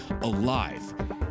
alive